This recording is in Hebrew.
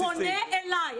הוא פונה אלי.